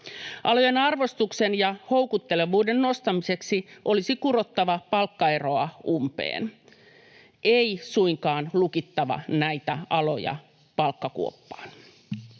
Alojen arvostuksen ja houkuttelevuuden nostamiseksi olisi kurottava palkkaeroa umpeen, ei suinkaan lukittava näitä aloja palkkakuoppaan.